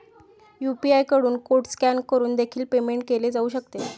UPI कडून code scan करून देखील पेमेंट केले जाऊ शकते